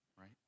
right